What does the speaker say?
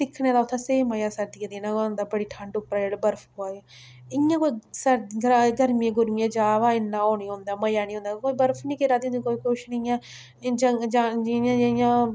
दिक्खने दा उत्थै स्हेई मज़ा सर्दियें दिनें गै होंदा बड़ी ठंड उप्परा जेल्लै बर्फ पोआ दी इ'यां कोई सर्दी गर्मियें गुर्मियें गी जा भई इन्नां मज़ा नी औंदा कोई बर्फ नी घिरा दी होंदी कोई कुछ नी इ'यां जां जियां जियां